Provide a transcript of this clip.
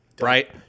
right